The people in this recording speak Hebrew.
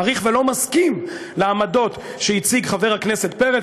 מעריך ולא מסכים לעמדות שהציג חבר הכנסת פרץ,